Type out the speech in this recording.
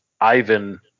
Ivan